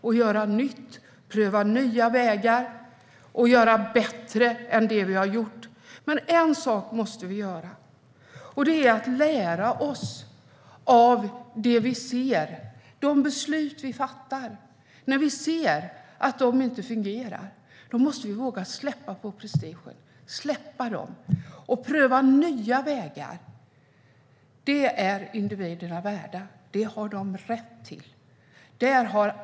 Vi måste pröva nya vägar och göra bättre än vad vi har gjort. Vi måste lära oss av det vi ser. När de beslut vi fattar inte fungerar måste vi våga släppa på prestigen och pröva nya vägar. Det är individerna värda. Det har de rätt till.